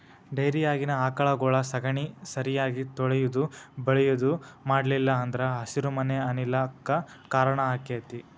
ಡೈರಿಯಾಗಿನ ಆಕಳಗೊಳ ಸಗಣಿ ಸರಿಯಾಗಿ ತೊಳಿಯುದು ಬಳಿಯುದು ಮಾಡ್ಲಿಲ್ಲ ಅಂದ್ರ ಹಸಿರುಮನೆ ಅನಿಲ ಕ್ಕ್ ಕಾರಣ ಆಕ್ಕೆತಿ